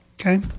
Okay